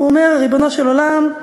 הוא אומר: ריבונו של עולם,